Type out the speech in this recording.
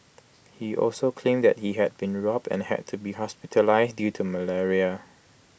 he also claimed that he had been robbed and had to be hospitalised due to malaria